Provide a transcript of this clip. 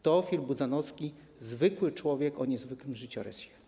Teofil Budzanowski, zwykły człowiek o niezwykłym życiorysie.